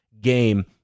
game